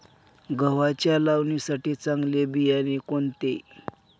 गव्हाच्या लावणीसाठी चांगले बियाणे कोणते?